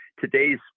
today's